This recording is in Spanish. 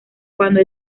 cuando